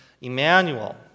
Emmanuel